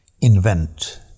invent